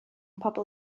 pobl